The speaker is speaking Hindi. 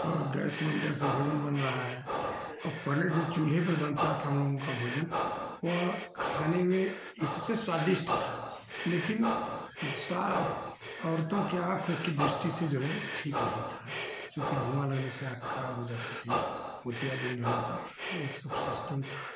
और गैस सिलेण्डर से भोजन बन रहा है और पहले जो चूल्हे पर बनता था हमलोगों का भोजन वह खाने में इससे स्वादिष्ट था लेकिन साफ औरतों की आँख आँख की दृष्टि से जो है ठीक नहीं था क्योंकि धुआँ लगने से आँख खराब हो जाती थी मोतियाबिन्द हो जाता था यही सब सिस्टम था